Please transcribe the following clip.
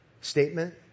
statement